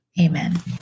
Amen